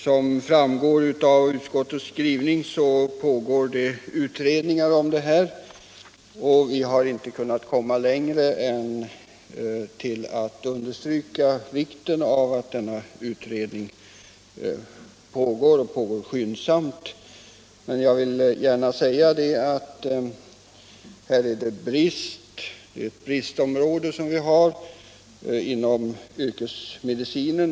Som framgår av utskottets skrivning pågår det utredning om frågan, och vi har inte kunnat komma längre än till att understryka vikten av att den utredningen arbetar skyndsamt. Men jag vill gärna säga att här är det ett bristområde som vi har inom yrkesmedicinen.